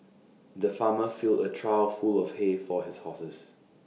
the farmer filled A trough full of hay for his horses